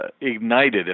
ignited